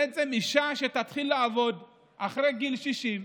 בעצם, אישה שתתחיל לעבוד אחרי גיל 60,